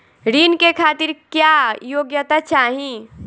ऋण के खातिर क्या योग्यता चाहीं?